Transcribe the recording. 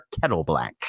Kettleblack